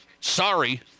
Sorry